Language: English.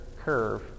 curve